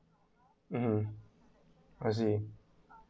mmhmm I see